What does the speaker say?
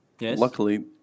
Luckily